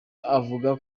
avuga